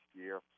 year